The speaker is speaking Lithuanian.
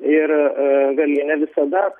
ir gali ne visada